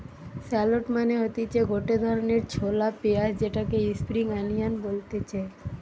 shallot মানে হতিছে গটে ধরণের ছলা পেঁয়াজ যেটাকে স্প্রিং আনিয়ান বলতিছে